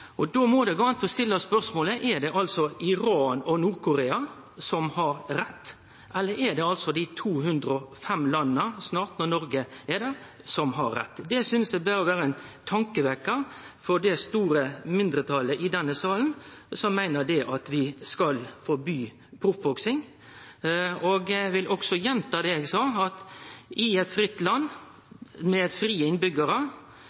det. Då må det gå an å stille spørsmålet: Er det Iran og Nord-Korea som har rett, eller er det dei 205 landa – snart, når Noreg er der – som har rett? Det synest eg må vere ein tankevekkjar for det store mindretalet i denne salen som meiner at vi skal forby proffboksing. Eg vil også gjenta det eg sa, at i eit fritt